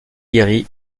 guéri